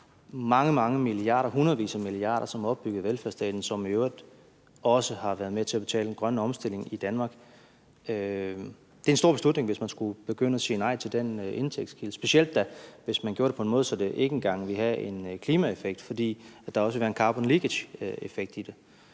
Mange, mange milliarder, hundredvis af milliarder, som har opbygget velfærdsstaten, og som i øvrigt også har været med til at betale den grønne omstilling i Danmark – det er en stor beslutning, hvis man skulle begynde at sige nej til den indtægtskilde, og da specielt, hvis man gjorde det på en måde, så det ikke engang ville have en klimaeffekt, fordi der også ville være en carbon leakage-effekt i det.